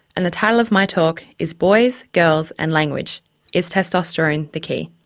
and the title of my talk is boys, girls and language is testosterone the key?